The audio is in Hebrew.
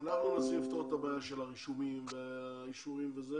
אנחנו ננסה לפתור את הבעיה של הרישומים והאישורים ואני